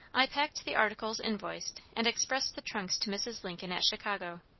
i packed the articles invoiced, and expressed the trunks to mrs. lincoln at chicago.